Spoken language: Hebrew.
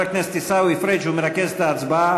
הכנסת עיסאווי פריג' הוא מרכז את ההצבעה,